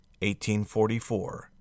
1844